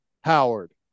Howard